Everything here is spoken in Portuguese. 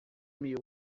mil